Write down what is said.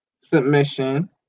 submission